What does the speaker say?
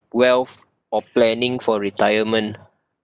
wealth or planning for retirement